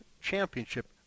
Championship